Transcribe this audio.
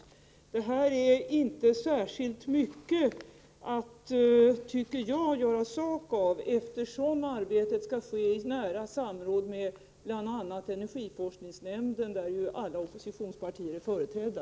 Jag tycker inte att detta är särskilt mycket att göra sak av, eftersom arbetet skall ske i nära samråd med bl.a. energiforskningsnämnden, där ju alla oppositionspartier är företrädda.